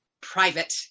private